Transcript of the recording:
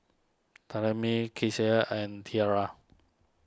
Thalami and Tierra